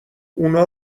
اونا